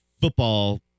football